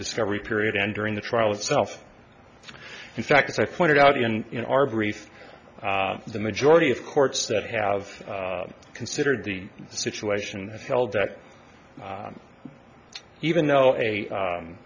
discovery period and during the trial itself in fact as i pointed out in our brief the majority of courts that have considered the situation held that even though